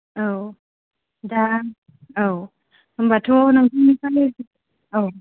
औ दा औ होमबाथ' नोंसोरनिफ्राय औ